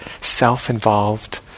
self-involved